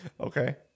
Okay